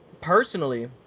personally